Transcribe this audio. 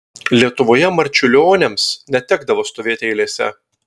lietuvoje marčiulioniams netekdavo stovėti eilėse